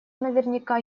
наверняка